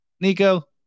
Nico